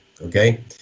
Okay